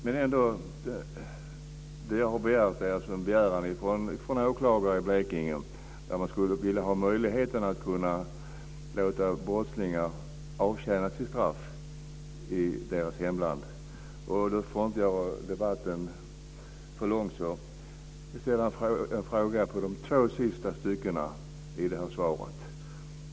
Men det jag har begärt är alltså en begäran från åklagare i Blekinge, som skulle vilja ha möjlighet att låta brottslingar avtjäna sitt straff i sitt hemland. För att inte göra debatten för lång vill jag bara ställa en fråga om de två sista styckena i svaret.